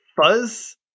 Fuzz